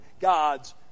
God's